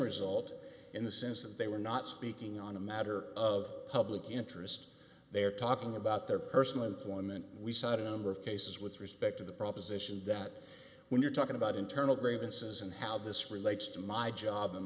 result in the sense that they were not speaking on a matter of public interest they are talking about their personal employment we saddam of cases with respect to the proposition that when you're talking about internal grievances and how this relates to my job